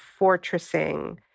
fortressing